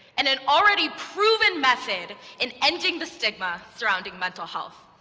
and an already-proven method in ending the stigma surrounding mental health.